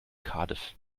cardiff